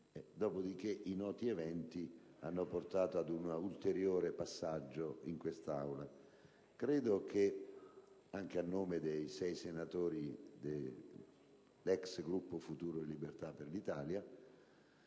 Poi, i noti eventi hanno portato ad un ulteriore passaggio in quest'Aula. Anche a nome dei sei senatori dell'ex Gruppo Futuro e Libertà per l'Italia,